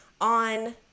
on